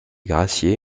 gracié